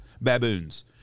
baboons